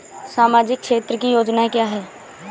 सामाजिक क्षेत्र की योजनाएँ क्या हैं?